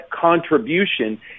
contribution